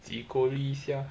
几够力一下